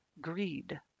Greed